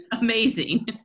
Amazing